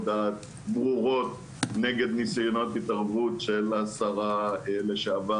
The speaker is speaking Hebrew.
דעת ברורות נגד ניסיונות התערבות של השרה לשעבר,